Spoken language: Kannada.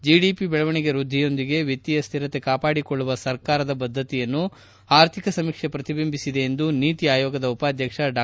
ಜಿಡಿಪಿ ಬೆಳವಣಿಗೆ ವ್ಯದ್ಧಿಯೊಂದಿಗೆ ವಿತ್ತೀಯ ಸ್ಥಿರತೆ ಕಾಪಾಡಿಕೊಳ್ಳುವ ಸರ್ಕಾರದ ಬದ್ದತೆಯನ್ನು ಆರ್ಥಿಕ ಸಮೀಕ್ಷೆ ಪ್ರತಿಐಂಬಿಸಿದೆ ಎಂದು ನೀತಿ ಆಯೋಗದ ಉಪಾಧ್ಯಕ್ಷ ಡಾ